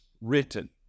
written